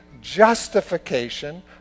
justification